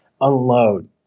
unload